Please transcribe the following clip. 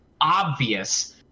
obvious